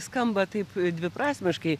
skamba taip dviprasmiškai